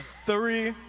three,